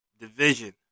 division